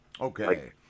okay